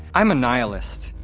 i'm a nihilist.